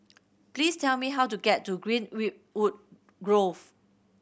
please tell me how to get to Green wood Grove